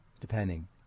depending